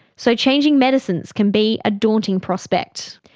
so changing medicines can be a daunting prospect.